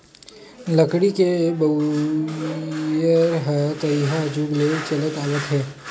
लकड़ी के बउरइ ह तइहा जुग ले चलत आवत हे